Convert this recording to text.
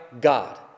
God